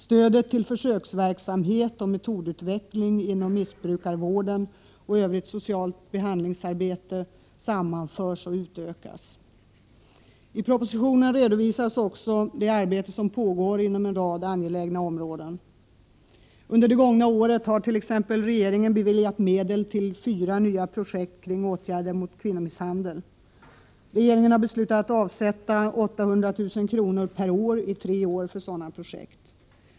Stödet till försöksverksamhet och metodutveckling inom missbrukarvården och övrigt socialt behandlingsarbete sammanförs och utökas. I propositionen redovisas också det arbete som pågår inom en rad angelägna områden. Under det gångna året har regeringen t.ex. beviljat medel till fyra nya projekt kring åtgärder mot kvinnomisshandel. Regeringen har beslutat avsätta 800 000 kr. per år i tre år för sådana projekt.